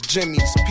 Jimmy's